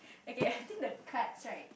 okay I think the cards right